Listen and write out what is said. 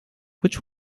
which